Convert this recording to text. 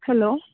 hello